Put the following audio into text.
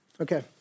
Okay